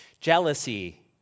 Jealousy